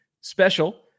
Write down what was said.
special